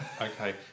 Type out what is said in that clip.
Okay